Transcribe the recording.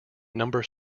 number